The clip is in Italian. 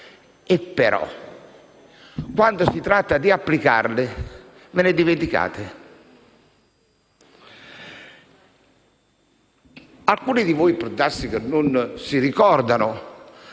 ma quando si tratta di applicarle, ve ne dimenticate. Alcuni di voi può darsi che non si ricordino